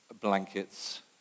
blankets